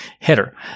header